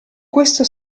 questo